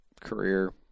career